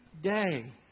day